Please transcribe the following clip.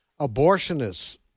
abortionists